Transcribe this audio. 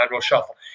shuffle